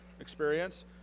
experience